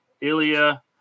Ilya